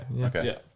Okay